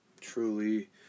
Truly